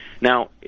Now